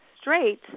straight